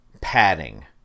padding